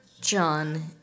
John